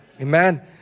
Amen